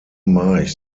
march